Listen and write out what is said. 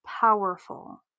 powerful